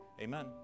Amen